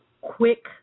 quick